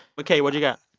ok. what do you got?